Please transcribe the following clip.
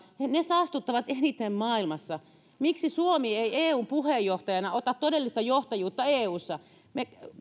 saastuttavat eniten maailmassa miksi suomi ei eun puheenjohtajana ota todellista johtajuutta eussa